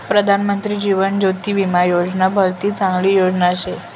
प्रधानमंत्री जीवन ज्योती विमा योजना भलती चांगली योजना शे